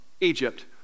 Egypt